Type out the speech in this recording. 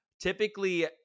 Typically